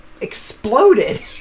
exploded